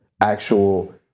actual